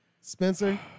Spencer